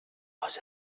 was